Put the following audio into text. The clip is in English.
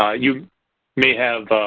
ah you may have